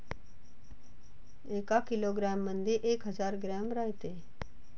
एका किलोग्रॅम मंधी एक हजार ग्रॅम रायते